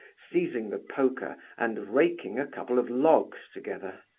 seizing the poker and raking a couple of logs together.